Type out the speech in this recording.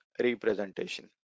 representation